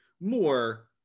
more